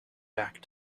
back